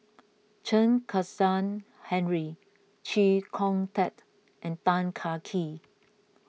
Chen Kezhan Henri Chee Kong Tet and Tan Kah Kee